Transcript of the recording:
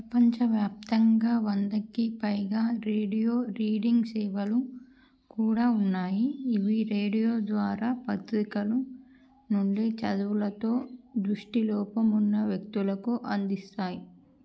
ప్రపంచవ్యాప్తంగా వందకి పైగా రేడియో రీడింగ్ సేవలు కూడా ఉన్నాయి ఇవి రేడియో ద్వారా పత్రికలు నుండి చదువులతో దృష్టి లోపం ఉన్న వ్యక్తులకు అందిస్తాయి